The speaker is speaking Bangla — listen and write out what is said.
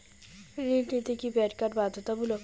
ঋণ নিতে কি প্যান কার্ড বাধ্যতামূলক?